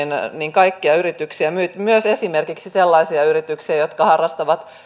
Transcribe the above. kaikkia yrityksiä myös esimerkiksi sellaisia yrityksiä jotka harrastavat